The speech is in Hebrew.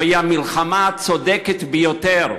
זוהי המלחמה הצודקת ביותר